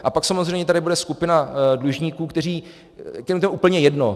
A pak samozřejmě tady bude skupina dlužníků, kterým je to úplně jedno.